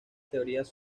teorías